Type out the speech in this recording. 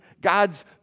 God's